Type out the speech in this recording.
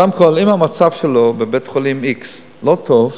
קודם כול, אם המצב של בית-חולים x לא טוב,